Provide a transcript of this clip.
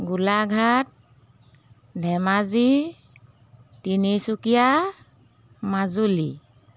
Golaghat Dhemaji Tinsukia Majuli